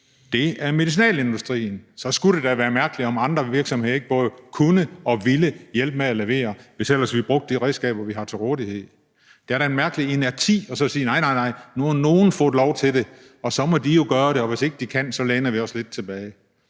er medicinalindustrien. Så skulle det da være mærkeligt, om andre virksomheder ikke både kunne og ville hjælpe med at levere, hvis ellers vi brugte de redskaber, vi har til rådighed. Det er da en mærkelig inerti at sige: Nej, nej, nu har nogle fået lov til det, og så må de jo gøre det, og hvis ikke de kan, så læner vi os lidt tilbage.